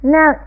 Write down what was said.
Now